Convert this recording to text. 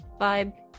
vibe